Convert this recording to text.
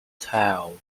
tails